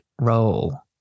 Role